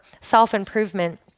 self-improvement